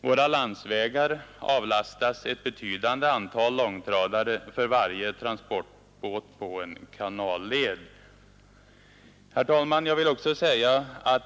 Våra landsvägar avlastas ett betydande antal långtradare för varje transportbåt på en kanalled.